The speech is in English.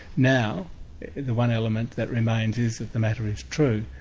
now the one element that remains is that the matter is true.